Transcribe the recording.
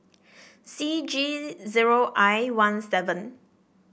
C G zero I one seven